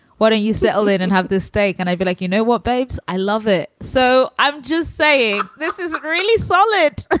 what do you settle in and have this steak? and i feel like, you know what, babes? i love it so i'm just saying, this is really solid.